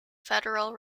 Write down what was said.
federal